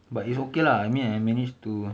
but it's okay lah I mean I managed to